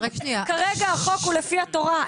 כרגע החוק הוא לפי התורה.